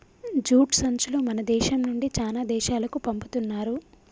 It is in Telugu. జూట్ సంచులు మన దేశం నుండి చానా దేశాలకు పంపుతున్నారు